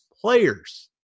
players